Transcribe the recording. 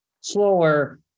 slower